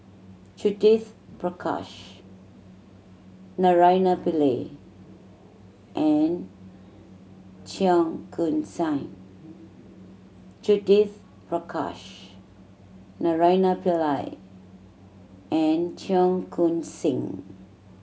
Judith Prakash Naraina Pillai and Cheong Koon Seng